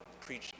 preach